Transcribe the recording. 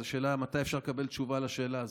אז השאלה מתי אפשר לקבל תשובה לשאלה הזאת.